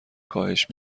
کاهش